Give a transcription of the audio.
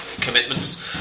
commitments